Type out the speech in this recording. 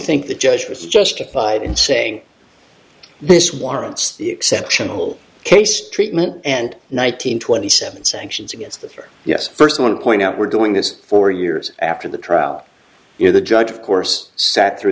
think the judge was justified in saying this warrants the exceptional case treatment and one nine hundred twenty seven sanctions against the yes first one point out we're doing this for years after the trial you know the judge of course sat through